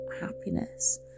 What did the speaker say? happiness